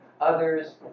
Others